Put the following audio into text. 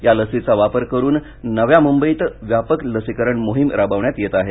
या लसीचा वापर करून नव्या मुंबईत व्यापक लसीकरण मोहीम राबवण्यात येत आहे